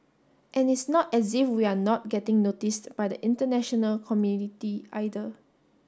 and it's not as if we're not getting noticed by the international community either